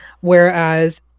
Whereas